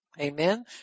Amen